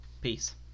peace